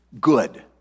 good